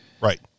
Right